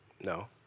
No